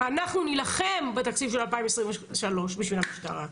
אנחנו נילחם בתקציב של 2023 בשביל המשטרה.